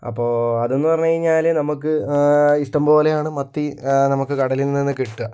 അപ്പോൾ അതെന്നു പറഞ്ഞു കഴിഞ്ഞാല് നമുക്ക് ഇഷ്ടംപോലെയാണ് മത്തി നമുക്ക് കടലിൽ നിന്ന് കിട്ടുക